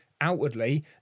outwardly